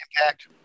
Impact